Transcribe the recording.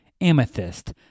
amethyst